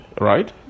Right